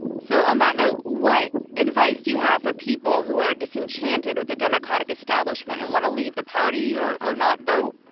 so on that note, what advice do you have for people who are disenchanted with the democratic establishment and want to leave the party or or not vote?